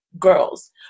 Girls